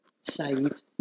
saved